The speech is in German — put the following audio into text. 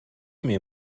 mir